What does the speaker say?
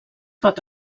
pot